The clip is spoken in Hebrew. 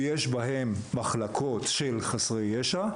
יש בהם מחלקות של חסרי ישע,